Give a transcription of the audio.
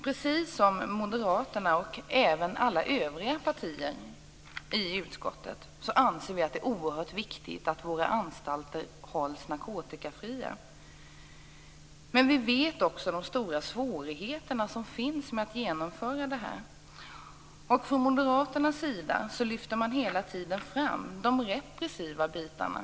Precis som Moderaterna - och även alla övriga partier i utskottet - anser vi att det är oerhört viktigt att våra anstalter hålls narkotikafria. Men vi känner också till de stora svårigheter som finns med att genomföra detta. Från Moderaternas sida lyfter man hela tiden fram de repressiva bitarna.